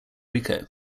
rico